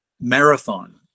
marathon